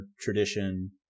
tradition